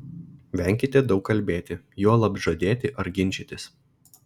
venkite daug kalbėti juolab žadėti ar ginčytis